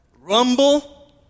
Rumble